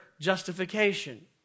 justification